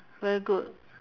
very good